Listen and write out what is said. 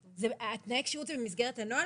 תנאי הכשירות הם במסגרת הנוהל,